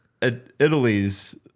Italy's